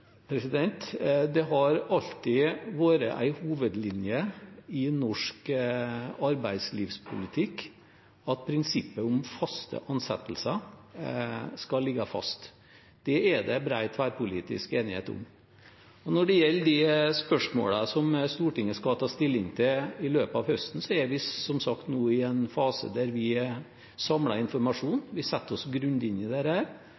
Det har alltid vært en hovedlinje i norsk arbeidslivspolitikk at prinsippet om faste ansettelser skal ligge fast. Det er det bred tverrpolitisk enighet om. Når det gjelder de spørsmålene som Stortinget skal ta stilling til i løpet av høsten, er vi som sagt nå i en fase der vi samler informasjon, vi setter oss grundig inn i